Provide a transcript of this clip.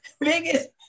Biggest